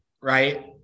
Right